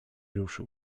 ruszył